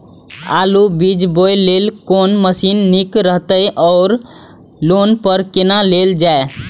आलु बीज बोय लेल कोन मशीन निक रहैत ओर लोन पर केना लेल जाय?